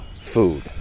food